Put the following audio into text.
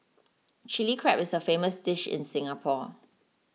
Chilli Crab is a famous dish in Singapore